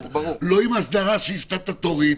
לא הסדרה סטטוטורית,